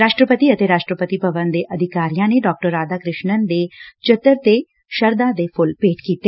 ਰਾਸ਼ਟਰਪਤੀ ਅਤੇ ਰਾਸ਼ਟਰਪਤੀ ਭਵਨ ਦੇ ਅਧਿਕਾਰੀਆਂ ਨੇ ਡਾ ਰਾਧਾ ਕ੍ਰਿਸ਼ਨਨ ਦੇ ਚਿੱਤਰ ਤੇ ਸ਼ਰਧਾ ਦੇ ਫੁੱਲ ਭੇਂਟ ਕੀਤੇ